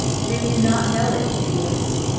do you not know it, felix?